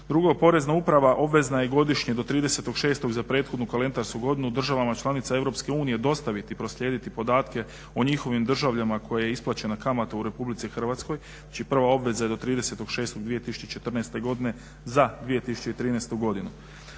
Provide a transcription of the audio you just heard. Drugo, Porezna uprava obvezna je godišnje do 30.06. za prethodnu kalendarsku godinu državama članicama EU dostaviti i proslijediti podatke o njihovim državljanima kojima je isplaćena kamata u RH. Znači, prva obveza je do 30.06.2014. godine za 2013. godinu.